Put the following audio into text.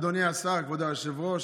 אדוני השר, כבוד היושב-ראש,